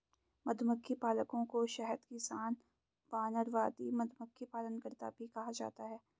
मधुमक्खी पालकों को शहद किसान, वानरवादी, मधुमक्खी पालनकर्ता भी कहा जाता है